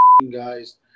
guys